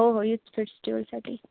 हो हो यूथ फेस्टिवलसाठी